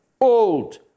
old